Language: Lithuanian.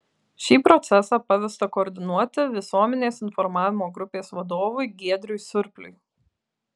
šį procesą pavesta koordinuoti visuomenės informavimo grupės vadovui giedriui surpliui